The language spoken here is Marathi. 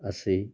असे